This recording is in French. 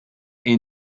est